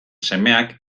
semeak